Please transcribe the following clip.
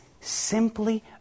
simply